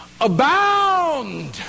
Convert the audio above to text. abound